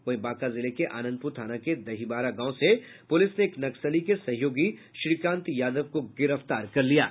वहीं बांका जिले के आनंदपुर थाना के दहीबारा गांव से पुलिस ने एक नक्सली के सहयोगी श्रीकांत यादव को गिरफ्तार किया है